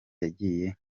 yagiye